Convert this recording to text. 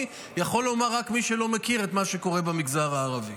יכול לומר רק מי שלא מכיר את מה שקורה במגזר הערבי.